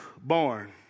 born